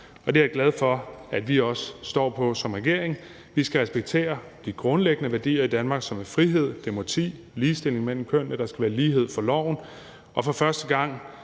og det er jeg glad for at vi også står fast på som regering. Vi skal respektere de grundlæggende værdier i Danmark, som er frihed, demokrati og ligestilling mellem kønnene. Der skal være lighed for loven, og for første gang